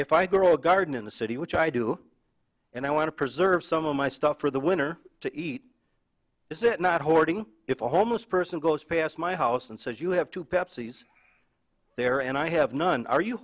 if i grow a garden in the city which i do and i want to preserve some of my stuff for the winter to eat is it not hoarding if a homeless person goes past my house and says you have to pepsi's there and i have none are you